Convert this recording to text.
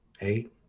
Eight